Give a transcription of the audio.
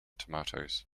tomatoes